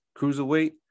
Cruiserweight